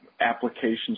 applications